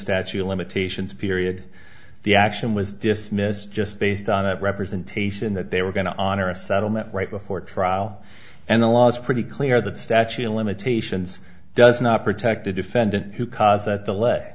statute of limitations period the action was dismissed just based on a representation that they were going to honor a settlement right before trial and the law's pretty clear that the statute of limitations does not protect the defendant who cause a delay